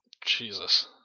Jesus